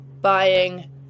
buying